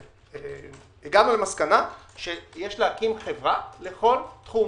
הגענו למסקנה שיש להקים חברה לכל תחום